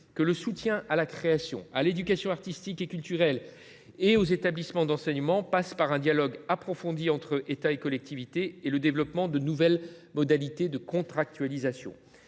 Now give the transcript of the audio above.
: le soutien à la création, à l’éducation artistique et culturelle et aux établissements d’enseignement passe par un dialogue approfondi entre État et collectivités territoriales, ainsi que par le développement de nouvelles modalités de contractualisation.